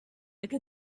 like